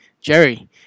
Jerry